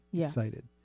excited